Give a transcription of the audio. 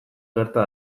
gerta